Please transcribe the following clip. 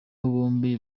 bombi